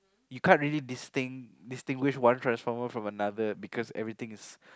you can't really distinct distinguish one person from another because everything is